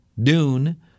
dune